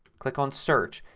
click on search,